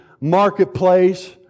marketplace